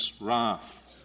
wrath